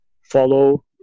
follow